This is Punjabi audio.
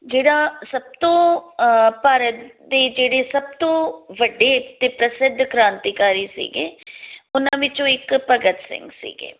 ਜਿਹੜਾ ਸਭ ਤੋਂ ਭਾਰਤ ਦੇ ਜਿਹੜੇ ਸਭ ਤੋਂ ਵੱਡੇ ਅਤੇ ਪ੍ਰਸਿੱਧ ਕ੍ਰਾਂਤੀਕਾਰੀ ਸੀਗੇ ਉਹਨਾਂ ਵਿੱਚੋਂ ਇੱਕ ਭਗਤ ਸਿੰਘ ਸੀਗੇ